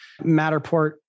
Matterport